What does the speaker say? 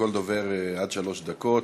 לכל דובר עד שלוש דקות.